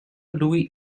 louis